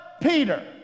Peter